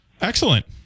Excellent